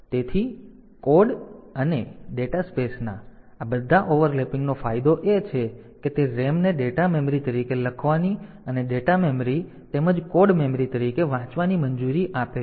તેથી કોડ અને ડેટાસ્પેસના આ બધા ઓવરલેપિંગનો ફાયદો એ છે કે તે RAM ને ડેટા મેમરી તરીકે લખવાની અને ડેટા મેમરી તેમજ કોડ મેમરી તરીકે વાંચવાની મંજૂરી આપે છે